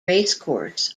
racecourse